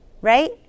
right